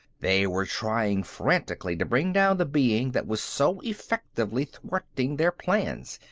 they were trying frantically to bring down the being that was so effectively thwarting their plans,